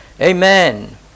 Amen